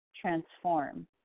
transform